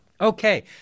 Okay